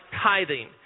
tithing